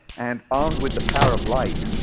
and armed with the power of light,